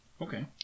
Okay